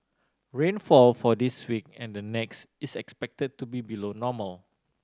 rainfall for this week and the next is expected to be below normal